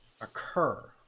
occur